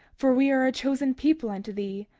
for we are a chosen people unto thee,